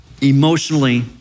emotionally